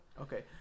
Okay